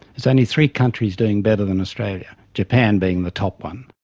there's only three countries doing better than australia, japan being the top one.